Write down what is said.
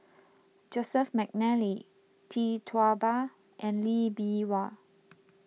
Joseph McNally Tee Tua Ba and Lee Bee Wah